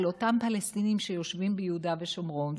אותם פלסטינים שיושבים ביהודה ושומרון.